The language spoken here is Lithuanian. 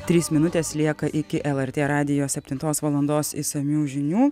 trys minutės lieka iki lrt radijo septintos valandos išsamių žinių